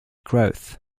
growth